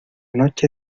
noche